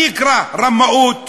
אני אקרא: רמאות,